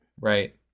Right